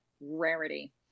rarity